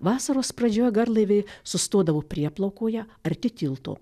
vasaros pradžioj garlaiviai sustodavo prieplaukoje arti tilto